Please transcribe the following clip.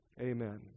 Amen